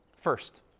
First